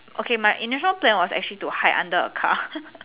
okay my initial plan was actually to hide under a car